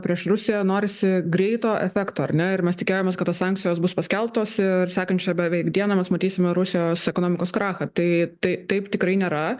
prieš rusiją norisi greito efekto ar ne ir mes tikėjomės kad tos sankcijos bus paskelbtos ir sekančią beveik dieną mes matysime rusijos ekonomikos krachą tai tai taip tikrai nėra